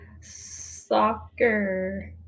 Soccer